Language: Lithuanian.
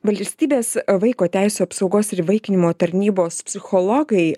valstybės vaiko teisių apsaugos ir įvaikinimo tarnybos psichologai